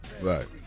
right